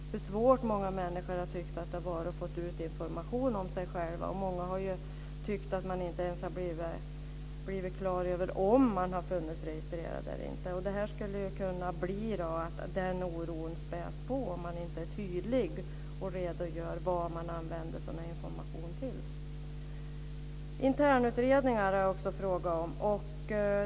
Många människor har tyckt att det har varit svårt att få ut information om sig själva, och många har inte ens blivit klara över om de har funnits registrerade eller inte. Denna oro kan spädas på om man inte tydligt redogör för vad sådan information används till. Jag har också frågat om internutredningar.